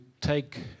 take